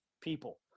people